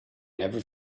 never